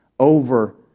over